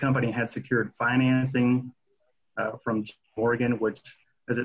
company had secured financing from oregon which is